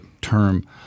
term